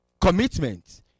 commitment